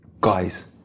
guys